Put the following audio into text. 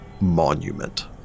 monument